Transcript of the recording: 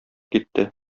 китте